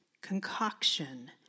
Concoction